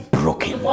broken